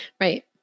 right